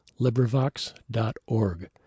LibriVox.org